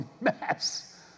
mess